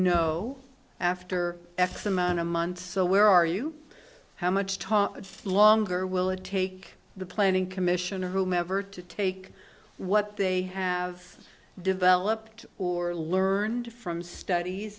know after x amount of months so where are you how much time longer will it take the planning commission or whomever to take what they have developed or learned from studies